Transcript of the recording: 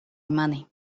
mani